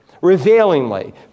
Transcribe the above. revealingly